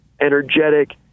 energetic